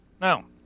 No